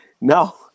No